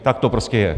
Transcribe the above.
Tak to prostě je.